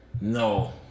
No